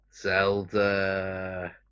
Zelda